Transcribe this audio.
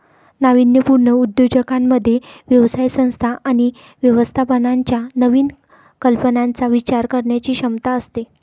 नाविन्यपूर्ण उद्योजकांमध्ये व्यवसाय संस्था आणि व्यवस्थापनाच्या नवीन कल्पनांचा विचार करण्याची क्षमता असते